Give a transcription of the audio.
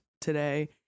today